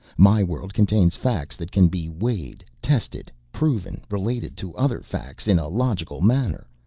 my world contains facts that can be weighed, tested, proven related to other facts in a logical manner.